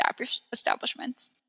establishments